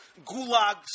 gulags